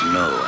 no